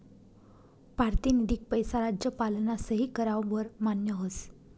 पारतिनिधिक पैसा राज्यपालना सही कराव वर मान्य व्हस